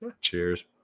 cheers